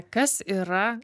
kas yra